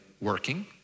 working